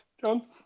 John